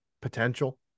potential